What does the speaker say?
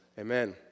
Amen